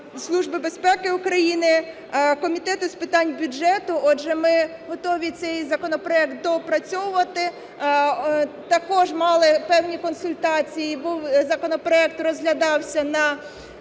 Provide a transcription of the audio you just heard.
Служби безпеки України, Комітету з питань бюджету. Отже, ми готові цей законопроект доопрацьовувати. Також мали певні консультації. Законопроект розглядався на